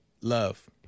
love